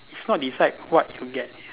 it's not decide what you get is